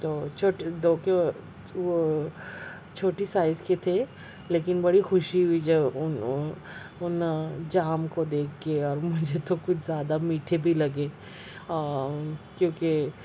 تو وہ چھوٹی سائز کے تھے لیکن بڑی خوشی ہوئی جب ان جام کو دیکھ کے اور مجھے تو کچھ زیادہ میٹھے بھی لگے کیونکہ